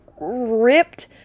ripped